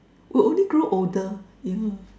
will only grow older yeah